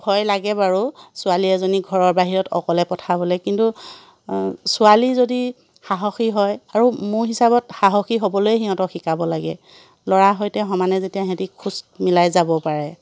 ভয় লাগে বাৰু ছোৱালী এজনী ঘৰৰ বাহিৰত অকলে পঠাবলৈ কিন্তু ছোৱালী যদি সাহসী হয় আৰু মোৰ হিচাপত সাহসী হ'বলৈয়া সিহঁতক শিকাব লাগে ল'ৰাৰ সৈতে সমানে যাতে সিহঁতি খোজ মিলাই যাব পাৰে